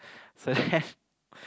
so then